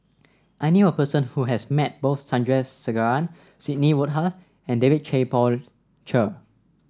I knew a person who has met both Sandrasegaran Sidney Woodhull and David Tay Poey Cher